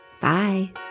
Bye